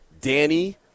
Danny